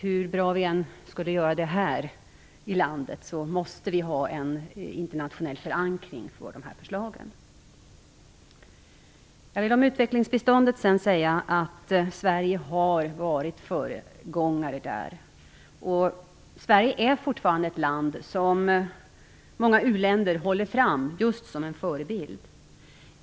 Hur bra vi än skulle göra det här i landet är det viktigt att förslagen har en internationell förankring. Om utvecklingsbiståndet vill jag säga att Sverige där har varit en föregångare. Sverige är fortfarande ett land som många u-länder håller fram, just som en förebild.